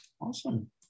Awesome